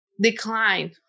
decline